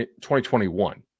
2021